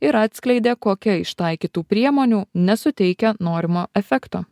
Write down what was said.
ir atskleidė kokia iš taikytų priemonių nesuteikia norimo efekto